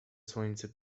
słońce